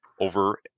Over